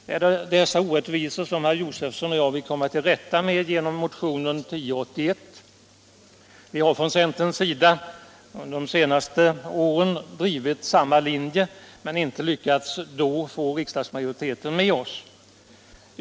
Det är dessa orättvisor som herr Josefson och jag vill komma till rätta med genom motionen 1081. Vi har från centerns sida även under tidigare år drivit samma linje men inte lyckats få utskottsmajoriteten med oss.